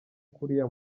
kuriya